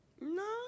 No